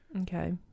Okay